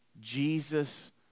Jesus